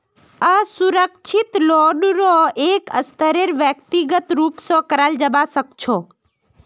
असुरक्षित लोनेरो एक स्तरेर व्यक्तिगत रूप स कराल जबा सखा छ